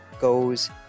goes